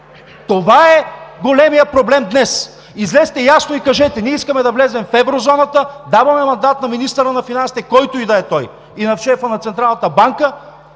Това е големият проблем днес. Излезте ясно и кажете: ние искаме да влезем в Еврозоната, даваме мандат на министъра на финансите, който и да е той, и на шефа на Централната банка